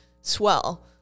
swell